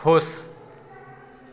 खुश